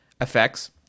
effects